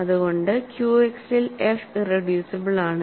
അതുകൊണ്ടു ക്യു എക്സിൽ F irreducible ആണ്